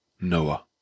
Noah